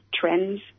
trends